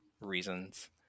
reasons